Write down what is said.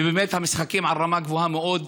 ובאמת, המשחקים ברמה גבוהה מאוד.